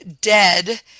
Dead